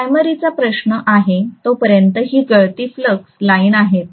प्राइमरीचा प्रश्न आहे तोपर्यंत ही गळती फ्लक्स लाइन आहेत